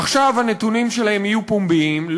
עכשיו הנתונים שלהם יהיו פומביים,